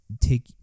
take